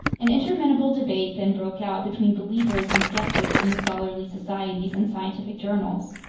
an interminable debate then broke out between believers and skeptics in the scholarly societies and scientific journals.